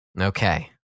Okay